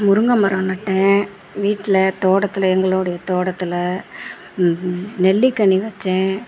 முருங்கை மரம் நட்டேன் வீட்டில் தோட்டத்தில் எங்களுடைய தோட்டத்தில் நெல்லிக்கனி வச்சேன்